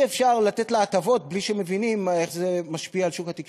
אי-אפשר לתת לה הטבות בלי שמבינים איך זה משפיע על שוק התקשורת.